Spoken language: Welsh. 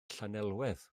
llanelwedd